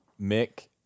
Mick